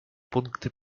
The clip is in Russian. пункты